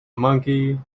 monkey